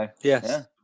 yes